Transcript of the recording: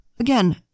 Again